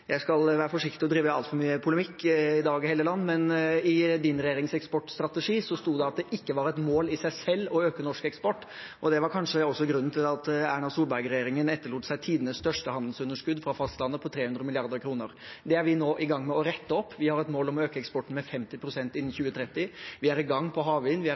Jeg skal være forsiktig med å drive altfor mye polemikk i dag, men i Hofstad Hellelands regjerings eksportstrategi sto det at det ikke var et mål i seg selv å øke norsk eksport. Det var kanskje også grunnen til at Solberg-regjeringen etterlot seg tidenes største handelsunderskudd for fastlandet, på 300 mrd. kr. Det er vi nå i gang med å rette opp. Vi har et mål om å øke eksporten med 50 pst. innen 2030. Vi er i gang på havvind, vi er